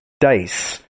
dice